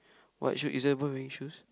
what should is there a boy wearing shoes